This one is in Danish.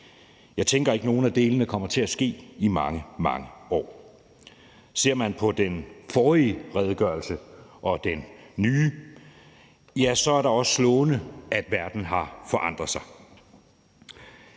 Jeg tænker ikke, at nogen af delene kommer til at ske i mange, mange år. Ser man på den forrige og den nye redegørelse, er det også slående, hvordan verden har forandret sig.